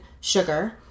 sugar